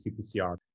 QPCR